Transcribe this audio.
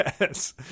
Yes